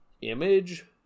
image